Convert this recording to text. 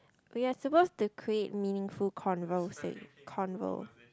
but you are supposed to create meaningful convos convo~